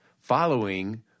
following